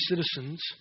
citizens